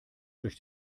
durch